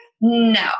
No